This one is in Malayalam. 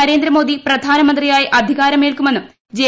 നരേന്ദ്രമോദി പ്രധാനമന്ത്രിയായി അധികാരമേൽക്കുമെന്നും ജെ